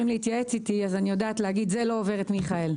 להתייעץ איתי אני יודעת לומר: זה לא עובר את מיכאל.